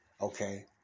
okay